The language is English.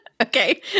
Okay